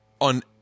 on